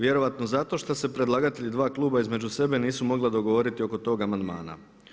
Vjerojatno zato što se predlagatelji dva kluba između sebe nisu mogli dogovoriti oko tog amandmana.